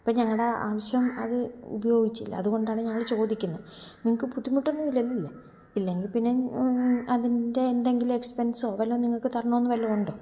അപ്പം ഞങ്ങളുടെ ആ ആവിശ്യം അത് ഉപയോഗിച്ചില്ല അതുകൊണ്ടാണ് ഞങ്ങൾ ചോദിക്കുന്നത് നിങ്ങൾക്ക് ബുദ്ധിമുട്ടൊന്നും ഇല്ലല്ലോ അല്ലേ ഇല്ലെങ്കിൽപ്പിന്നെ അതിന്റെ ഏന്തെങ്കിലും എക്സ്പെന്സോ വല്ലതും നിങ്ങൾക്ക് തരണമോയെന്ന് വല്ലതും ഉണ്ടോ